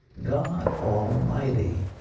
god almighty.